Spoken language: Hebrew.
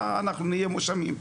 אנחנו נהיה מואשמים.